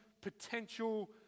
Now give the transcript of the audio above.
potential